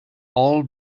all